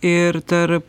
ir tarp